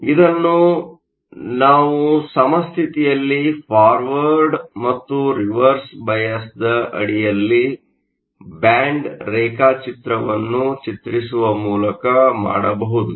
ಇದನ್ನು ನಾವು ಸಮಸ್ಥಿತಿಯಲ್ಲಿ ಫಾರ್ವರ್ಡ್Forward ಮತ್ತು ರಿವರ್ಸ್ ಬಯಾಸ್Biasನ ಅಡಿಯಲ್ಲಿ ಬ್ಯಾಂಡ್ ರೇಖಾಚಿತ್ರವನ್ನು ಚಿತ್ರಿಸುವ ಮೂಲಕ ಮಾಡಬಹುದು